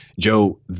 Joe